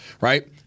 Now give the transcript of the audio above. Right